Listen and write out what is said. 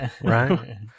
right